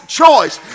choice